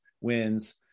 wins